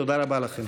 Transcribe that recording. תודה רבה לכם.